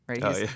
right